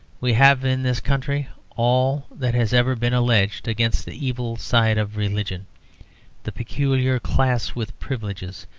we have in this country all that has ever been alleged against the evil side of religion the peculiar class with privileges,